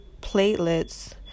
platelets